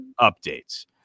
updates